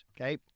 okay